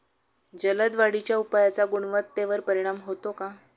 जलद वाढीच्या उपायाचा गुणवत्तेवर परिणाम होतो का?